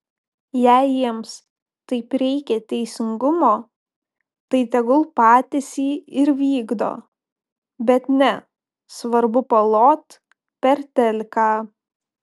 jei jiems taip reikia teisingumo tai tegul patys jį ir vykdo bet ne svarbu palot per teliką